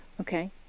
Okay